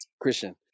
Christian